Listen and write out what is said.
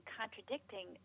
contradicting